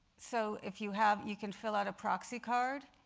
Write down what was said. so if you have you can fill out a proxy card.